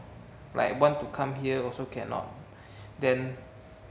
like want to come here also cannot then